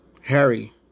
Harry